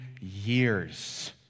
years